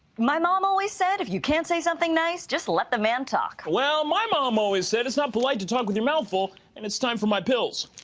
my mom always said if you can't say something nice, just let the man talk. well, my mom always said it's not polite to talk with your mouth full and it's time for my pills.